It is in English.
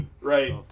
Right